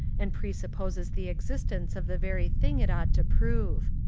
and presupposes the ex istence of the very thing it ought to prove.